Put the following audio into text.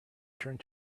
turned